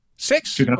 Six